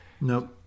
Nope